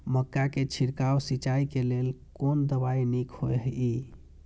मक्का के छिड़काव सिंचाई के लेल कोन दवाई नीक होय इय?